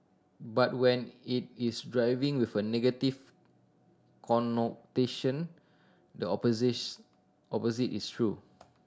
but when it is driven with a negative connotation the opposite is true